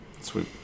Sweet